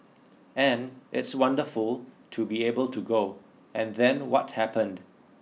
and it's wonderful to be able to go and then what happened